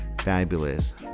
Fabulous